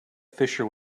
fissure